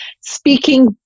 Speaking